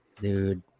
Dude